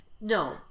No